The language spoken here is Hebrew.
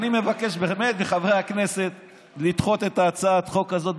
אני מבקש באמת מחברי הכנסת לדחות את הצעת החוק הזאת,